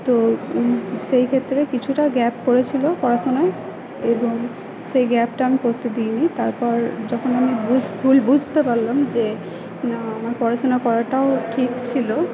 তো সেই ক্ষেত্রে কিছুটা গ্যাপ পড়েছিলো পড়াশোনায় এবং সেই গ্যাপটা আমি পড়তে দিইনি তারপর যখন আমি বুঝ ভুল বুঝতে পারলাম যে না আমার পড়াশোনা করাটাও ঠিক ছিলো